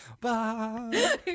Bye